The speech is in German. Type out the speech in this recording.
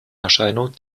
erscheinung